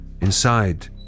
Inside